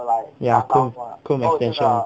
ya chrome chrome extension